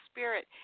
Spirit